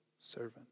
servant